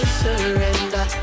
surrender